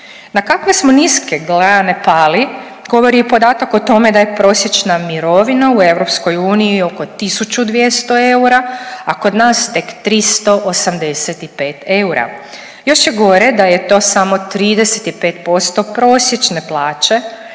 Na kakve smo niske grane pali govori i podatak o tome da je prosječna mirovina u EU oko 1200 eura, a kod nas tek 385 eura. Još je gore da je to samo 35% prosječne plaće,